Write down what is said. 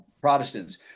Protestants